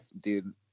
dude